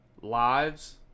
lives